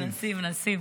מנסים, מנסים.